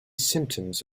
symptoms